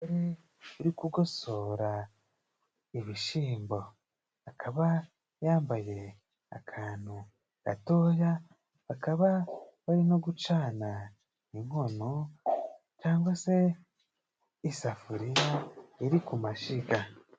Umugore uri kugosora ibishimbo. Akaba yambaye akantu gatoya, bakaba bari no gucana inkono cyangwa se isafuriya iri ku mashiga.